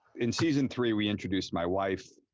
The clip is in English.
in season three, we introduced my wife,